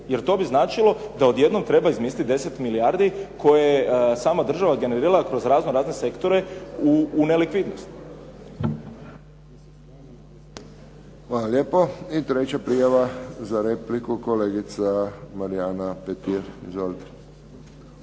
jer to bi znači da odjednom treba izmisliti 10 milijardi koje je sama država generirala kroz razno razne sektore u nelikvidnosti. **Friščić, Josip (HSS)** Hvala lijepo. I treća prijava za repliku, kolegica Marijana Petir.